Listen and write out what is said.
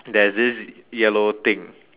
there's this yellow thing